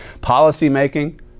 policy-making